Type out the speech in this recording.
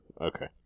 Okay